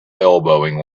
elbowing